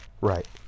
Right